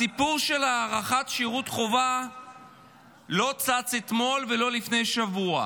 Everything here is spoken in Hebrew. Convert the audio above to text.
הסיפור של הארכת שירות החובה לא צץ אתמול ולא לפני שבוע.